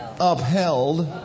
upheld